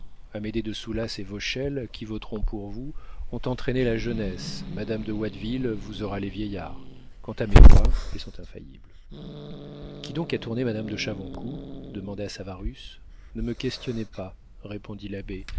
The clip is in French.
besançon amédée de soulas et vauchelles qui voteront pour vous ont entraîné la jeunesse madame de watteville vous aura les vieillards quant à mes voix elles sont infaillibles qui donc a tourné madame de chavoncourt demanda savarus ne me questionnez pas répondit l'abbé